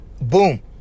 Boom